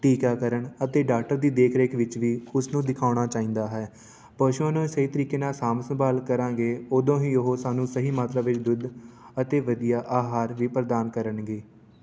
ਟੀਕਾਕਰਨ ਅਤੇ ਡਾਕਟਰ ਦੀ ਦੇਖ ਰੇਖ ਵਿੱਚ ਵੀ ਉਸਨੂੰ ਦਿਖਾਉਣਾ ਚਾਹੀਦਾ ਹੈ ਪਸ਼ੂਆਂ ਨੂੰ ਸਹੀ ਤਰੀਕੇ ਨਾਲ ਸਾਂਭ ਸੰਭਾਲ ਕਰਾਂਗੇ ਉਦੋਂ ਹੀ ਉਹ ਸਾਨੂੰ ਸਹੀ ਮਾਤਰਾ ਵਿੱਚ ਦੁੱਧ ਅਤੇ ਵਧੀਆ ਅਹਾਰ ਵੀ ਪ੍ਰਦਾਨ ਕਰਨਗੇ